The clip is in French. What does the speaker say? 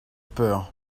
peur